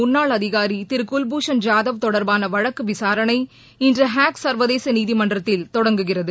முன்னாள் அதிகாரி திரு குல்பூஷன் ஜாதவ் தொடர்பான வழக்கு விசாரணை இன்று ஹேக் சர்வதேச நீதிமன்றத்தில் தொடங்குகிறது